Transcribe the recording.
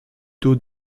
dos